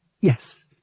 Yes